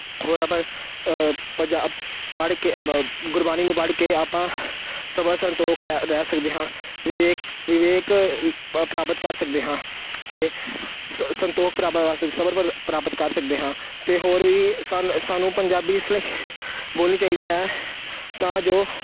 ਹੋਰ ਆਪਾਂ ਪੜ੍ਹ ਕੇ ਗੁਰਬਾਣੀ ਨੂੰ ਪੜ੍ਹ ਕੇ ਆਪਾਂ ਸਬਰ ਸੰਤੋਖ ਰਹਿ ਰਹਿ ਸਕਦੇ ਹਾਂ ਵਿਵੇਕ ਵਿਵੇਕ ਪ ਪ੍ਰਾਪਤ ਕਰ ਸਕਦੇ ਹਾਂ ਅਤੇ ਸ ਸੰਤੋਖ ਪ੍ਰਾਪਤ ਕਰ ਸਕਦੇ ਸਬਰ ਬਰ ਪ੍ਰਾਪਤ ਕਰ ਸਕਦੇ ਹਾਂ ਅਤੇ ਹੋਰ ਵੀ ਸਨ ਸਾਨੂੰ ਪੰਜਾਬੀ ਇਸ ਲਈ ਬੋਲਣੀ ਚਾਹੀਦੀ ਹੈ ਤਾਂ ਜੋ